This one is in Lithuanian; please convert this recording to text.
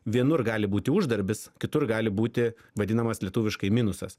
vienur gali būti uždarbis kitur gali būti vadinamas lietuviškai minusas